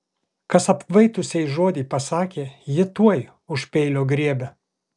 kas apkvaitusiai žodį pasakė ji tuoj už peilio griebia